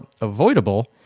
avoidable